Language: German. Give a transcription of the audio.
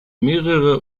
mehrere